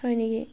হয় নেকি